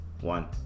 One